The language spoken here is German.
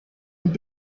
und